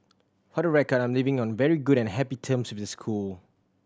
for the record I'm leaving on very good and happy terms with the school